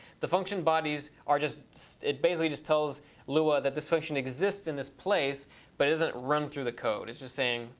the function bodies are just, so it basically just tells lua that this function exists in this place but it isn't run through the code. it's just saying,